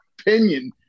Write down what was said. opinion